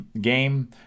game